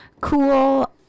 Cool